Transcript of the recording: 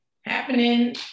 happening